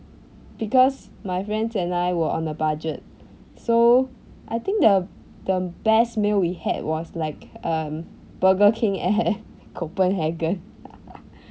because my friend and I were on a budget so I think the the best meal we had was like um burger king at copenhagen